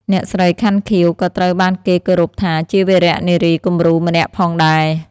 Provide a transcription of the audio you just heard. អ្នកស្រី ខាន់ ខៀវ ក៏ត្រូវបានគេគោរពថាជាវីរនារីគំរូម្នាក់ផងដែរ។